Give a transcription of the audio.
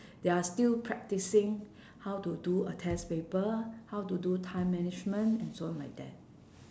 they are still practicing how to do a test paper how to do time management and so on like that